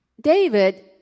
David